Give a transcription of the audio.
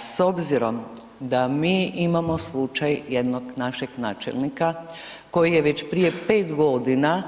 S obzirom da mi imamo slučaj jednog našeg načelnika koji je već prije 5 godina